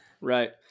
Right